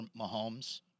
Mahomes